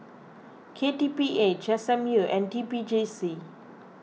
K T P H S M U and T P J C